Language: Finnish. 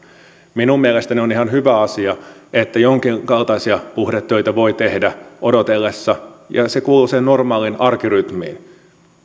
minun mielestäni on ihan hyvä asia että jonkinkaltaisia puhdetöitä voi tehdä odotellessa ja se kuuluu siihen normaaliin arkirytmiin